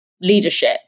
leadership